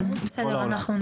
בכל העולם.